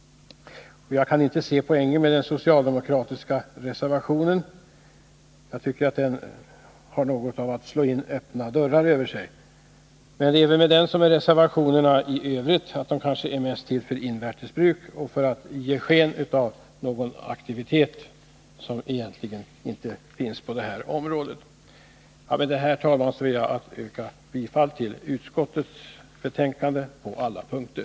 Jag kan inte se poängen med den socialdemokratiska reservationen. Jag tycker att den innebär att man slår in öppna dörrar. Men det är väl med den som med reservationerna i övrigt, att den kanske mest är till för invärtes bruk och för att ge sken av någon sorts aktivitet som egentligen inte finns på det här området. Herr talman! Med det sagda yrkar jag bifall till hemställan i civilutskottets betänkanden nr 7 och 8 på alla punkter.